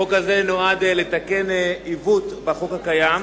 החוק הזה נועד לתקן עיוות בחוק הקיים,